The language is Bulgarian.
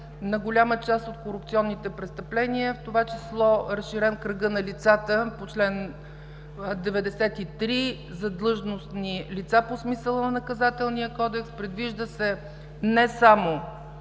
на голяма част от корупционните престъпления, в това число е разширен кръга на лицата по чл. 93 – за длъжностни лица по смисъла на Наказателния кодекс. Предвижда се не само